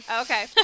Okay